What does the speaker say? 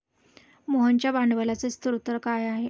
मोहनच्या भांडवलाचे स्रोत काय आहे?